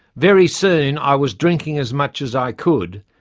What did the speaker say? very soon, i was drinking as much as i could,